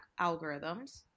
algorithms